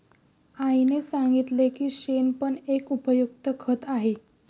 आईने सांगितले की शेण पण एक उपयुक्त खत आहे